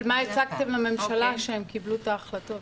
אבל מה הצגתם לממשלה כשהוא קיבלו את ההחלטות?